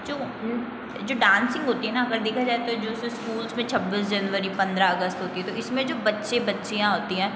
जो वो जो डांसिंग होती हे ना अगर देखा जाए तो जो स स्कूल्स में छब्बीस जनवरी पन्द्रह अगस्त होती हे तो इसमें जो बच्चे बच्चियाँ होती हैं